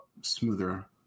smoother